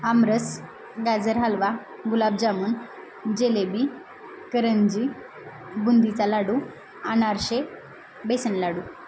आमरस गाजर हलवा गुलाबजामून जिलबी करंजी बुंदीचा लाडू आनारसे बेसन लाडू